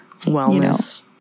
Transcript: Wellness